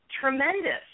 tremendous